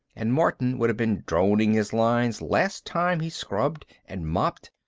and martin would have been droning his lines last time he scrubbed and mopped.